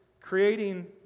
creating